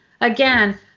again